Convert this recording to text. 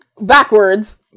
Backwards